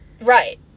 Right